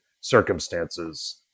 circumstances